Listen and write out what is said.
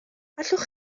allwch